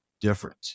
different